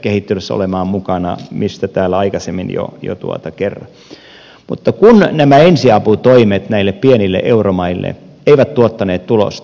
kehittelyssä josta täällä aikaisemmin jo kerroin mutta ensiaputoimet pienille euromaille eivät tuottaneet tulosta